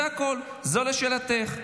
זה הכול, זה לשאלתך.